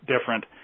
different